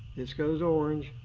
this goes orange.